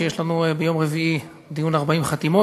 שיש לנו עליו ביום רביעי דיון 40 חתימות.